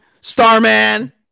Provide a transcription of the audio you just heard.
Starman